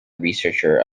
researcher